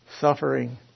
suffering